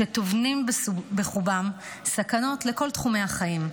וטומנים בחובם סכנות לכל תחומיי החיים.